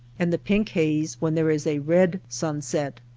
and the pink haze when there is a red sunset,